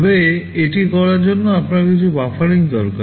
তবে এটি করার জন্য আপনার কিছু বাফারিং দরকার